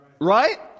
Right